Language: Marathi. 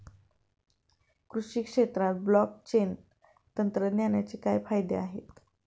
कृषी क्षेत्रात ब्लॉकचेन तंत्रज्ञानाचे काय फायदे आहेत?